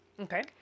Okay